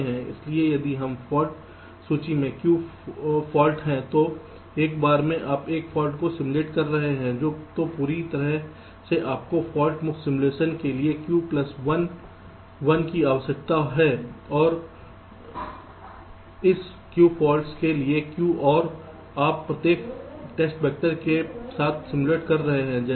इसलिए यदि हमारे फाल्ट सूची में q फाल्ट हैं तो एक बार में आप 1 फाल्ट को सिम्युलेट कर रहे हैं तो पूरी तरह से आपको फाल्ट मुक्त सिमुलेशन के लिए q प्लस 1 1 की आवश्यकता है और इस q फॉल्ट्स के लिए q और आप प्रत्येक टेस्ट वैक्टर के साथ सिम्युलेट कर रहे हैं